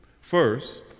First